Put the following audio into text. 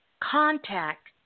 contact